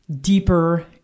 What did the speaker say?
deeper